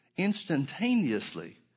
instantaneously